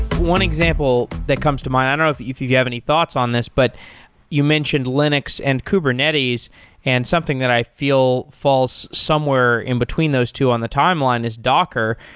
one example that comes to mind, and i don't know if if you have any thoughts on this, but you mentioned linux and kubernetes and something that i feel falls somewhere in between those two on the timeline is docker,